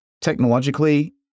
Technologically